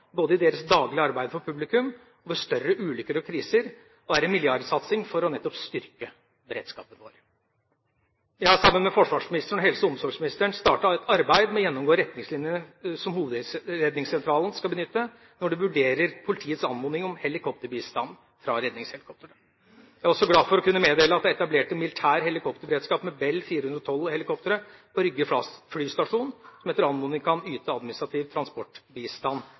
både i deres daglige arbeid for publikum og ved større ulykker og kriser, og er en milliardsatsing for nettopp å styrke beredskapen vår. Jeg har sammen med forsvarsministeren og helse- og omsorgsministeren startet et arbeid med å gjennomgå retningslinjene som Hovedredningssentralen skal benytte når de vurderer politiets anmodning om bistand fra redningshelikoptrene. Jeg er også glad for å kunne meddele at det er etablert en militær helikopterberedskap med Bell 412-helikoptre på Rygge flystasjon, som etter anmodning kan yte administrativ transportbistand